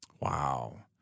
Wow